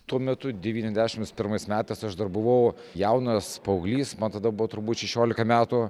tuo metu devyniasdešims pirmais metais aš dar buvau jaunas paauglys man tada buvo turbūt šešiolika metų